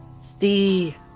see